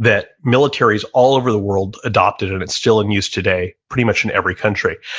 that militaries all over the world adopted, and it's still in use today pretty much in every country.